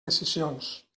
decisions